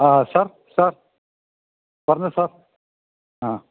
ആ sir sir പറഞ്ഞോ sir ആ